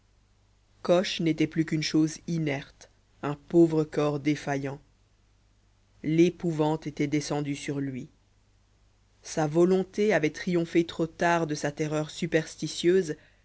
coche n'était plus qu'une chose inerte un pauvre corps défaillant l'épouvante était descendue sur lui sa volonté avait triomphé trop tard de sa terreur superstitieuse